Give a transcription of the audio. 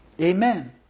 Amen